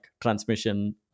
transmission